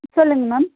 சொல்லுங்கள் மேம்